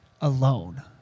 alone